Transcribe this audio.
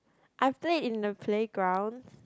I played in the playgrounds